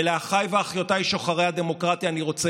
ולאחיי ואחיותיי שוחרי הדמוקרטיה אני רוצה